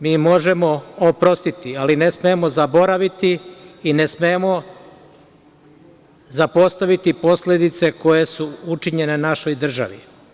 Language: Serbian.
Mi možemo oprostiti ali ne smemo zaboraviti i ne smemo zapostaviti posledice koje su učinjene našoj državi.